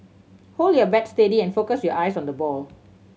hold your bat steady and focus your eyes on the ball